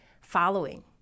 following